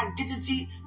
identity